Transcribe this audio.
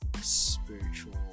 spiritual